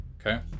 okay